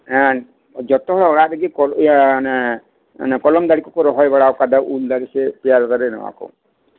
ᱦᱮᱸ ᱡᱚᱛᱚ ᱦᱚᱲᱟᱜ ᱚᱲᱟᱜ ᱨᱮᱜᱮ ᱠᱚᱞᱚᱢ ᱤᱭᱟᱹ ᱠᱚᱞᱚᱢ ᱫᱟᱨᱮ ᱠᱚ ᱠᱚ ᱨᱚᱦᱚᱭ ᱵᱟᱲᱟ ᱟᱠᱟᱫᱟ ᱩᱞ ᱫᱟᱨᱮ ᱥᱮ ᱯᱮᱭᱟᱨᱟ ᱫᱟᱨᱮ ᱱᱚᱶᱟ ᱠᱚ